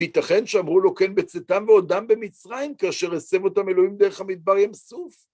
ייתכן שאמרו לו כן בצאתם בעודם במצרים כאשר השם אותם אלוהים דרך המדבר ים סוף?